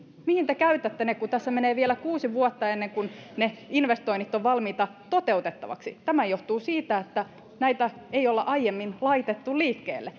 mihin te käytätte ne kun tässä menee vielä kuusi vuotta ennen kuin ne investoinnit ovat valmiita toteutettaviksi tämä johtuu siitä että näitä ei olla aiemmin laitettu liikkeelle